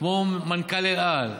כמו מנכ"ל אל על,